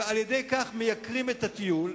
ועל-ידי כך מייקרים את הטיול,